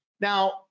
Now